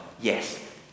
Yes